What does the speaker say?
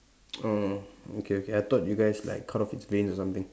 oh okay okay I thought you guys like cut off its wings or something